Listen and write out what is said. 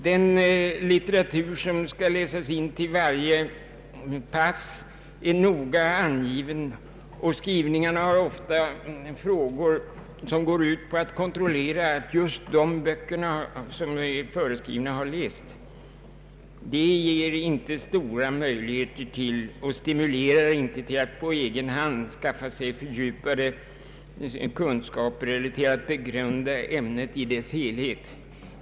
Den litteratur som skall läsas in till varje pass är noga angiven, och skrivningarna har ofta frågor som går ut på att kontrollera att just de föreskrivna böckerna har lästs. Det ger inte stora möjligheter och stimulerar inte till att skaffa sig fördjupade kunskaper eller att begrunda ämnet i dess helhet.